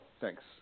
Thanks